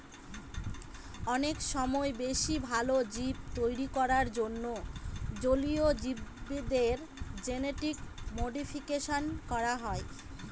অনেক সময় বেশি ভালো জীব তৈরী করার জন্য জলীয় জীবদের জেনেটিক মডিফিকেশন করা হয়